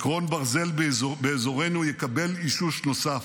עקרון ברזל באזורנו יקבל אישוש נוסף: